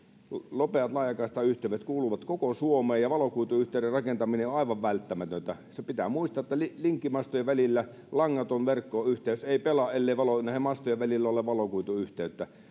nopeat laajakaistayhteydet kuuluvat koko suomeen ja valokuituyhteyden rakentaminen on aivan välttämätöntä se pitää muistaa että linkkimastojen välillä langaton verkkoyhteys ei pelaa ellei näiden mastojen välillä ole valokuituyhteyttä